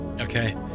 Okay